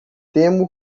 temo